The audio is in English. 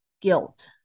guilt